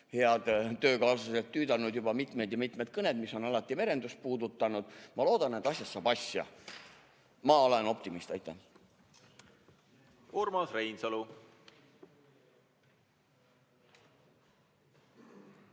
head töökaaslased, tüüdanud juba mitmed ja mitmed kõned, mis on alati merendust puudutanud. Ma loodan, et asjast saab asja. Ma olen optimist. Aitäh!